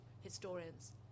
historians